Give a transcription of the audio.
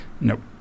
nope